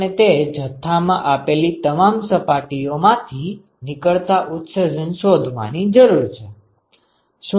આપણે તે જથ્થા માં આપેલી તમામ સપાટીઓ માંથી નીકળતા ઉત્સર્જન શોધવાની જરૂર છે